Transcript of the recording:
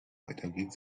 weitergeht